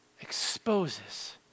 exposes